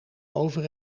over